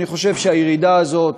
אני חושב שהירידה הזאת,